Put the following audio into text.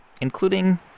including